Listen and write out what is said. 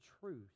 truth